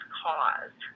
cause